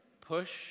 push